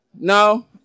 No